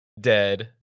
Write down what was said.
Dead